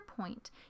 point